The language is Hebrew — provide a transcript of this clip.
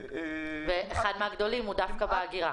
ואחד מהגדולים הוא דווקא בהגירה.